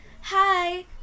hi